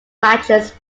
matches